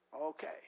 Okay